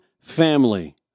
family